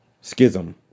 Schism